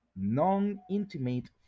Non-intimate